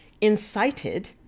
incited